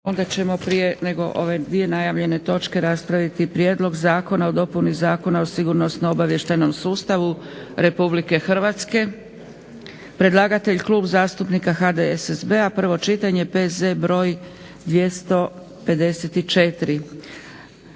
onda ćemo prije nego ove dvije najavljene točke raspraviti: - Prijedlog Zakona o dopuni Zakona o sigurnosno-obavještajnom sustavu Republike Hrvatske, predlagatelj Klub zastupnika HDSSB-a, prvo čitanje, P.Z. br. 254;